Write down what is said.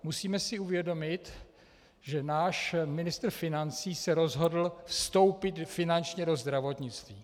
Musíme si uvědomit, že náš ministr financí se rozhodl vstoupit finančně do zdravotnictví.